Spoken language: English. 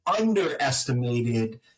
underestimated